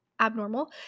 abnormal